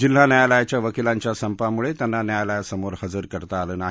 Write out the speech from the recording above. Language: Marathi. जिल्हा न्यायालयातल्या वकीलांच्या संपामुळे त्यांना न्यायालयासमोर हजर करता आलं नाही